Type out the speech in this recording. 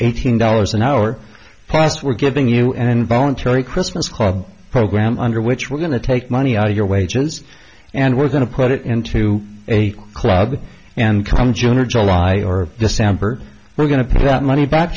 eighteen dollars an hour plus we're giving you an involuntary christmas club program under which we're going to take money out of your wages and we're going to put it into a club and come june or july or december we're going to pay that money back